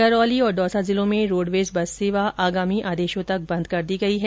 करौली और दौसा जिलों में रोडवेज बस सेवा आगामी आदेश तक बन्द कर दी गई है